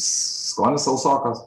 skonis sausokas